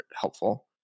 helpful